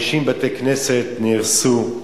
50 בתי-כנסת נהרסו,